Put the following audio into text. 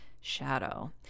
shadow